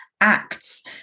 acts